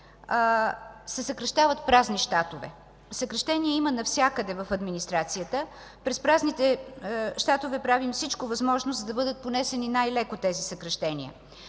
се съкращават празни щатове. Съкращения има навсякъде в администрацията. През празните щатове правим всичко възможно, за да бъдат понесени най-леко тези съкращения.